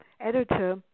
editor